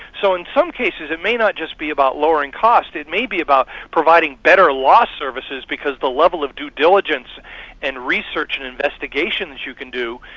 so in some cases it may not just be about lowering cost, it may be about providing better law services because the level of due diligence and research and investigations you can do,